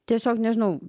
tiesiog nežinau